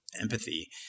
empathy